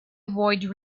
avoid